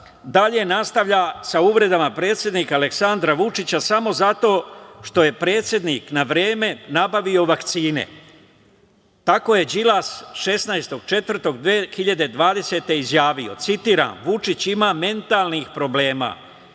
dalje nastavlja sa uvredama predsednika Aleksandra Vučića samo zato što je predsednik na vreme nabavio vakcine. Tako je Đilas 16. aprila 2020. godine izjavio, citiram – Vučić ima mentalnih problema.